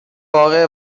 واقعه